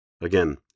Again